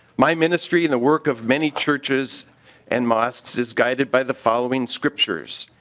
might ministry and the work of many churches and mosques is guided by the following scriptures.